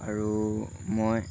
আৰু মই